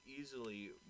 easily